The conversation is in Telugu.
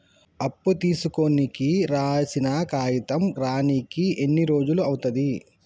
అప్పు తీసుకోనికి రాసిన కాగితం రానీకి ఎన్ని రోజులు అవుతది?